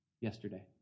yesterday